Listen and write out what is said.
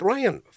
Ryan